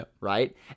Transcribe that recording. Right